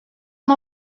amb